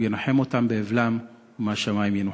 הוא ינחם אותם באבלם ומהשמים ינוחמו.